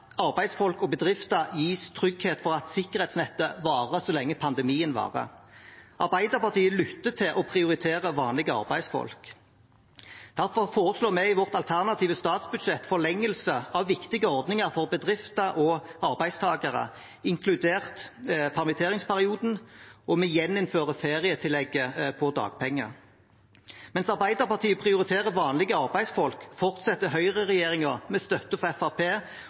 arbeidsfolk og bedrifter gis trygghet for at sikkerhetsnettet varer så lenge pandemien varer. Arbeiderpartiet lytter til og prioriterer vanlige arbeidsfolk. Derfor foreslår vi i vårt alternative statsbudsjett forlengelse av viktige ordninger for bedrifter og arbeidstakere, inkludert permitteringsperioden, og vi gjeninnfører ferietillegget på dagpenger. Mens Arbeiderpartiet prioriterer vanlige arbeidsfolk, fortsetter høyreregjeringen med støtte fra